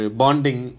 bonding